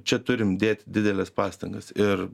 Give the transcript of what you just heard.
čia turim dėti dideles pastangas ir